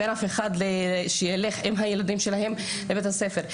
מי יוכל ללכת עם הילד לבית הספר?